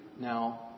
Now